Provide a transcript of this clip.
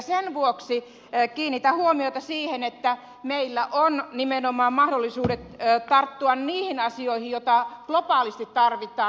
sen vuoksi kiinnitän huomiota siihen että meillä on nimenomaan mahdollisuudet tarttua niihin asioihin joita globaalisti tarvitaan